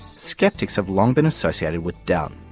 skeptics have long been associated with doubt.